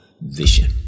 vision